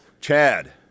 Chad